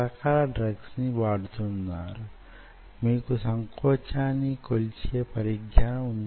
మళ్ళీ వెనక్కి వెళుతుంది మళ్ళీ వంగుతుంది మళ్ళీ వెనక్కి వెళుతుంది